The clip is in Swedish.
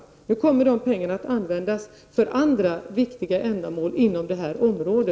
Inom kort kommer nu dessa pengar att användas för andra viktiga ändamål inom detta område.